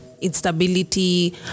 Instability